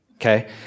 okay